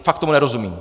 Fakt tomu nerozumím!